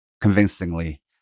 convincingly